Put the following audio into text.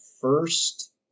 first